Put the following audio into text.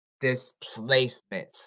displacement